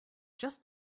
just